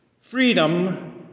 freedom